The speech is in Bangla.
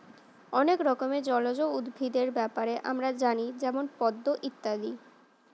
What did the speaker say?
অনেক রকমের জলজ উদ্ভিদের ব্যাপারে আমরা জানি যেমন পদ্ম ইত্যাদি